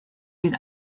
den